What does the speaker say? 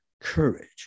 courage